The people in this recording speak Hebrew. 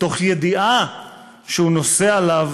בידיעה שהוא נושא עליו,